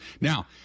Now